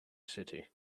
city